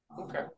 Okay